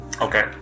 Okay